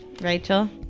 Rachel